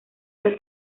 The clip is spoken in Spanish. los